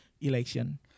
election